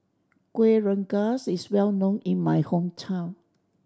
Kueh Rengas is well known in my hometown